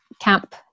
camp